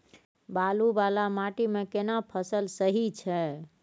बालू वाला माटी मे केना फसल सही छै?